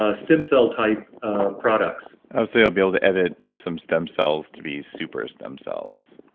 ah stem cell type products oh, so you'll be able to edit some stem cells to be super stem cells?